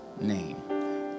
name